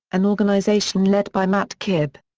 an organization led by matt kibbe.